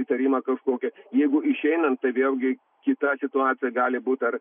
įtarimą kažkokią jeigu išeinant tai vėlgi kita situacija gali būt dar